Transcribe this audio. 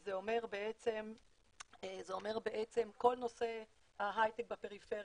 זה אומר בעצם כל נושא ההייטק בפריפריות,